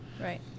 right